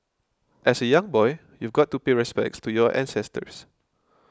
as a young boy you've got to pay respects to your ancestors